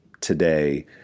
today